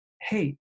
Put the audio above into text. hey